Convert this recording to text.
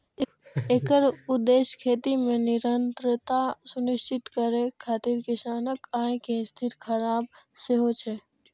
एकर उद्देश्य खेती मे निरंतरता सुनिश्चित करै खातिर किसानक आय कें स्थिर राखब सेहो छै